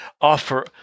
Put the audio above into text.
offer